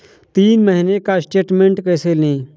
तीन महीने का स्टेटमेंट कैसे लें?